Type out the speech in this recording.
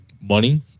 money